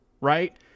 right